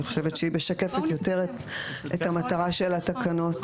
אני חושבת שהיא משקפת יותר את המטרה של התקנות.